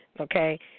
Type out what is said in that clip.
Okay